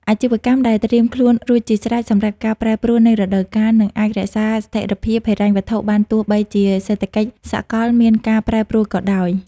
អាជីវកម្មដែលត្រៀមខ្លួនរួចជាស្រេចសម្រាប់ការប្រែប្រួលនៃរដូវកាល នឹងអាចរក្សាស្ថិរភាពហិរញ្ញវត្ថុបានទោះបីជាសេដ្ឋកិច្ចសកលមានការប្រែប្រួលក៏ដោយ។